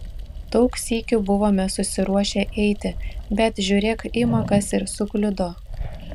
daug sykių buvome susiruošę eiti bet žiūrėk ima kas ir sukliudo